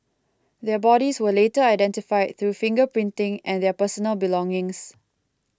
their bodies were later identified through finger printing and their personal belongings